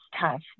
tough